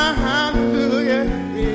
hallelujah